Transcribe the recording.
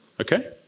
Okay